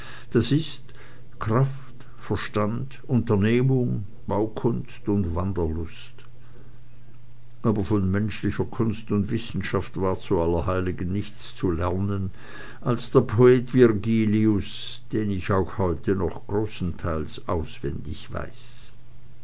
das ist kraft verstand unternehmung baukunst und wanderlust aber von menschlicher kunst und wissenschaft war zu allerheiligen nichts zu lernen als der poet virgilius den ich auch heute noch großenteils auswendig weiß